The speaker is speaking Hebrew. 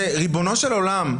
ריבונו של עולם,